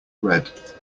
red